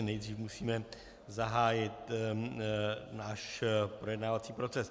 Nejdřív musíme zahájit náš projednávací proces.